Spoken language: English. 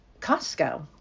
Costco